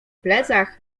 plecach